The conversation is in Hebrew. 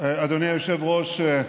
אדוני היושב-ראש,